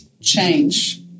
change